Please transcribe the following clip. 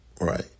right